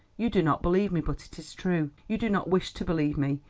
you do not believe me, but it is true. you do not wish to believe me.